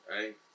Right